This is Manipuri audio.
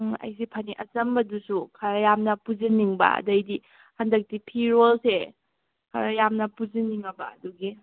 ꯑꯩꯁꯦ ꯐꯅꯦꯛ ꯑꯆꯝꯕꯗꯨꯁꯨ ꯈꯔ ꯌꯥꯝꯅ ꯄꯨꯁꯤꯟꯅꯤꯡꯕ ꯑꯗꯨꯗꯩꯗꯤ ꯍꯟꯗꯛꯇꯤ ꯐꯤꯔꯣꯜꯁꯦ ꯈꯔ ꯌꯥꯝꯅ ꯄꯨꯁꯤꯟꯅꯤꯡꯉꯕ ꯑꯗꯨꯒꯤ